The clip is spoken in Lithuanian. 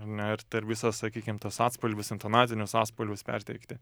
ar ne ir ter visas sakykim tas atspalvis intonacinius atspalvius perteikti